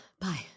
Bye